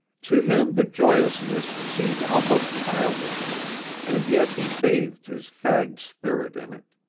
to him the joyousness seemed almost childish and yet he bathed his fagged spirit in it.